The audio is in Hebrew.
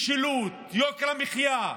משילות, יוקר המחיה,